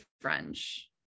French